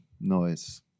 noise